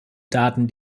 daten